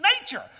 nature